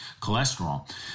cholesterol